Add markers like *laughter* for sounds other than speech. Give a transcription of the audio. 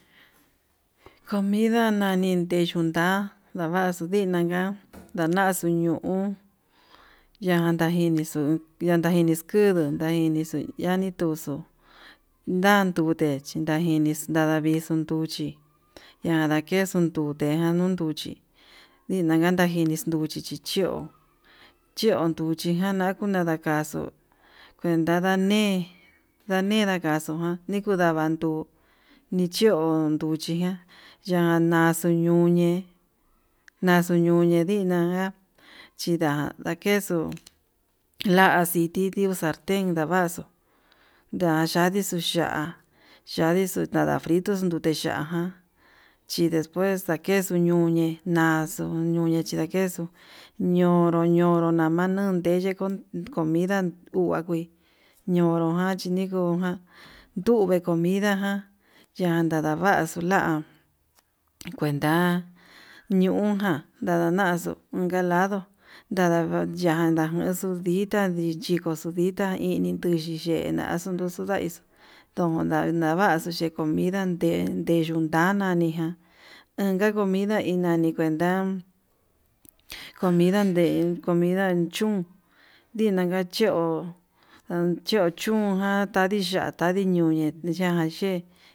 Comida nani yenduun nda'a ndavaxu ndina nguan ndaxuu ñu'u yajanda njinixu yanda ndini ngunu naix inixuu yani tuxu'u, ndan ndute yaxhini ndanavi ixun nduchí ñandakexu ndute ján uun nduchi yiyajana kini yindixnduu, nduchi chi chiuu yee unduchi jan nanan ndakaxu kuenta ndane'e ndane ndakaxujan nikuu n *hesitation* van nduu, iche uunduchi ján ndañaxuu ñuñe naxuu yune ndina nga'a chinda ndakexu la'a aciti ndiu salten vaso ya yandixu ya'á, ya'á ndixu nadafritu nudi ya'a jan chi espues dakexuu ñuñe naxuu ñune chindakexu ñonro ñonro nama nunde yekon comida nunga kui, ñonrojan chinikujan nduvee comida ján yanda lavaxu la'a kuenta ñujan ndananaxu unka lado yandaxu ndita lichikuxu, dita ini nuni yena'a naxuu n *hesitation* ixu ndonda navaxuu ye'e comida ndande ndeyundana nigan inka como ni nani, kuenta comida deen comida chún ndinanga chó acho chun gan atadi ya'á tandi ñuñe ya'á yee.